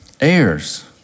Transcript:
Heirs